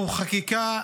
הוא חקיקה